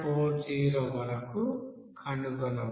40 వరకు కనుగొనవచ్చు